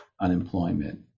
unemployment